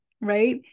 right